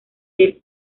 del